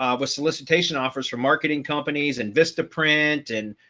um with solicitation offers from marketing companies and vista print and,